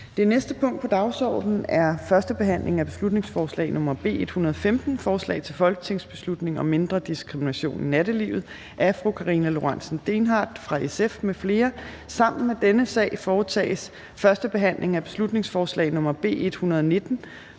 Det næste punkt på dagsordenen er: 12) 1. behandling af beslutningsforslag nr. B 115: Forslag til folketingsbeslutning om mindre diskrimination i nattelivet. Af Karina Lorentzen Dehnhardt (SF) m.fl. (Fremsættelse 24.02.2022). Sammen med dette punkt foretages: 13) 1. behandling af beslutningsforslag nr. B 119: